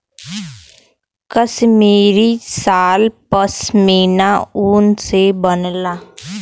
कसमीरी साल पसमिना ऊन से बनला